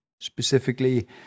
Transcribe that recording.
specifically